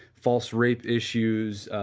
false rape issues,